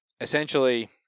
essentially